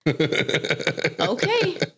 Okay